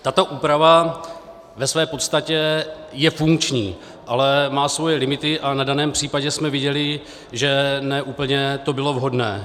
Tato úprava ve své podstatě je funkční, ale má svoje limity a na daném případě jsme viděli, že ne úplně to bylo vhodné.